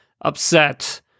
upset